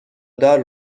دار